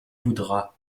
voudra